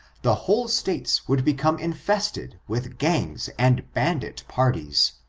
the whole states would become infest ed with gangs and bandit parties,